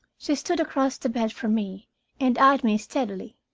she stood across the bed from me and eyed me steadily.